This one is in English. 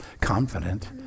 confident